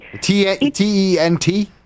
T-E-N-T